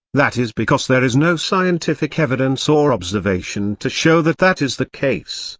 that is because there is no scientific evidence or observation to show that that is the case,